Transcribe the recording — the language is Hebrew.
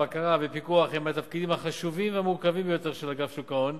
בקרה ופיקוח הם מהתפקידים החשובים והמורכבים ביותר של אגף שוק ההון,